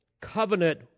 covenant